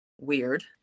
weird